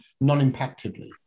non-impactively